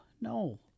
no